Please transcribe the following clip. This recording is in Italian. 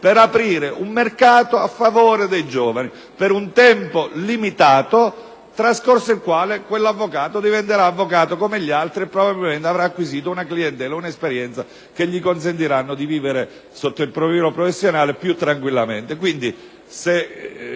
per aprire il mercato a favore dei giovani, per un tempo limitato, trascorso il quale i giovani diventeranno avvocati come gli altri, probabilmente avendo acquisito una clientela e un'esperienza che consentiranno loro di vivere, sotto il profilo professionale, più tranquillamente.